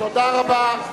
תודה רבה.